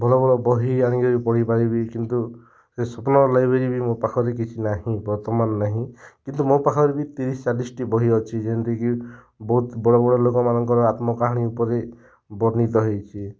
ଭଲ ଭଲ ବହି ଆଣିକିରି ପଢ଼ି ପାରିବି କିନ୍ତୁ ସେ ସ୍ୱପ୍ନ ଲାଇବ୍ରେରୀ ବି ମୋ ପାଖରେ କିଛି ନାହିଁ ବର୍ତ୍ତମାନ ନାହିଁ କିନ୍ତୁ ମୋ ପାଖରେ ବି ତିରିଶି ଚାଲିଶିଟି ବହି ଅଛି ଯେନ୍ତି କି ବହୁତ ବଡ଼ ବଡ଼ ଲୋକମାନଙ୍କର ଆତ୍ମକାହାଣୀ ଉପରେ ବର୍ଣ୍ଣିତ ହେଇଛି